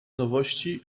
nowości